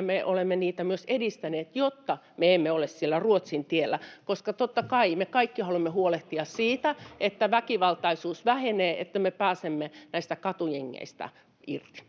me olemme niitä myös edistäneet, jotta me emme ole siellä Ruotsin tiellä, koska totta kai me kaikki haluamme huolehtia siitä, että väkivaltaisuus vähenee, että me pääsemme näistä katujengeistä irti.